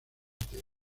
ateo